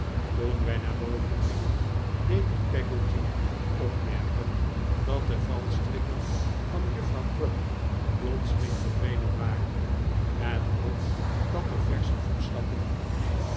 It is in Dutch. toen wii naar boven gingen deed ik peggotty opmerken dat de valstrikken van juffrouw crupp plotseling verdwenen waren en ook dat er versche voetstappen